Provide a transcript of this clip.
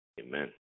Amen